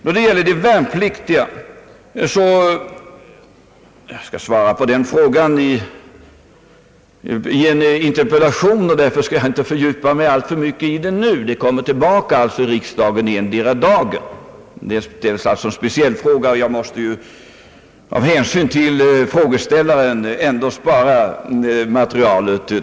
När det gäller de värnpliktiga skall jag svara på den frågan i en särskild interpellation endera dagen, och därför kan jag inte fördjupa mig alltför mycket i den nu, eftersom jag måste ta hänsyn till frågeställaren och spara materialet.